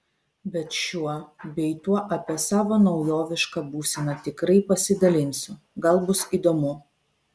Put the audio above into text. bet šiuo bei tuo apie savo naujovišką būseną tikrai pasidalinsiu gal bus įdomu